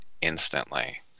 instantly